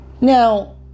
Now